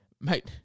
Mate